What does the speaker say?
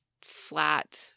flat